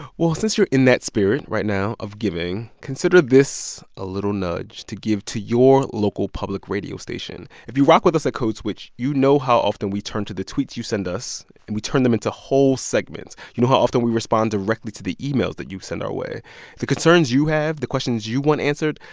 well, since you're in that spirit, right now, of giving, consider this a little nudge to give to your local public radio station. if you rock with us at code switch, you know how often we turn to the tweets you send us, and we turn them into whole segments. you know how often we respond directly to the emails that you send our way the concerns you have, the questions you want answered,